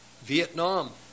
Vietnam